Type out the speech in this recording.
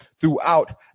throughout